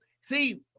see